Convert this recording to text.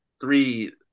three